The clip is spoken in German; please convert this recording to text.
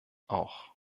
auch